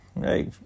hey